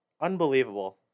Unbelievable